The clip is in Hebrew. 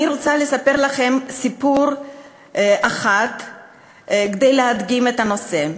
אני רוצה לספר לכם סיפור אחד כדי להדגים את הנושא.